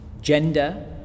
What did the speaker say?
gender